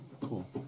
cool